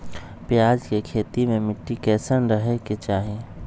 प्याज के खेती मे मिट्टी कैसन रहे के चाही?